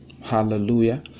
hallelujah